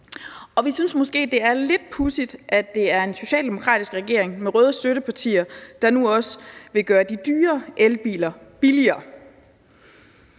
Og vi synes måske, det er lidt pudsigt, at det er en socialdemokratisk regering med røde støttepartier, der nu også vil gøre de dyre elbiler billigere.